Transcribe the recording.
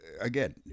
again